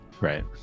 Right